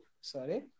Sorry